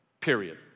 period